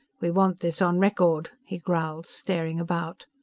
we want this on record, he growled, staring about.